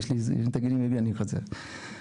תגיד לי ואני חוזר.